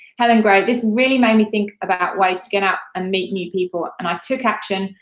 helen gray, this really made me think about ways to get out and meet new people, and i took action.